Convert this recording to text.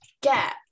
get